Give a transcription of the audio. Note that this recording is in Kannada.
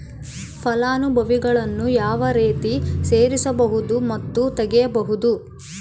ಫಲಾನುಭವಿಗಳನ್ನು ಯಾವ ರೇತಿ ಸೇರಿಸಬಹುದು ಮತ್ತು ತೆಗೆಯಬಹುದು?